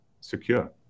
secure